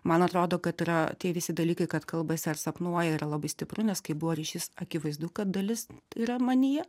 man atrodo kad tai yra tie visi dalykai kad kalbasi ar sapnuoja yra labai stipru nes kai buvo ryšys akivaizdu kad dalis yra manyje